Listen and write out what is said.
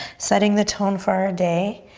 setting the tone for our day.